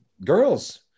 girls